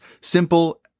simple